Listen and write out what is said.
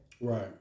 Right